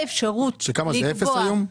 זה אפס היום?